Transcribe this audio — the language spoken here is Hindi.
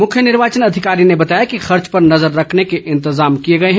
मुख्य निर्वाचन अधिकारी ने बताया कि खर्च पर नज़र रखने के इंतजाम किए गए हैं